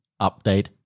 update